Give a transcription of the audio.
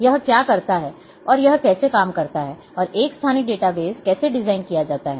यह क्या करता है और यह कैसे काम करता है और एक स्थानिक डेटाबेस कैसे डिज़ाइन किया जाता है